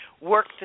work